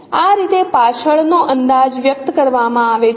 આ રીતે પાછળનો અંદાજ વ્યક્ત કરવામાં આવે છે